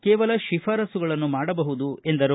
ಕೇವಲ ಶಿಫಾರಸ್ತುಗಳನ್ನು ಮಾಡಬಹುದು ಎಂದರು